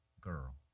girl